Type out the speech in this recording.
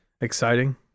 exciting